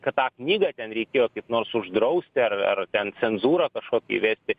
kad tą knygą ten reikėjo kaip nors uždrausti ar ten ten cenzūrą kažkokią įvesti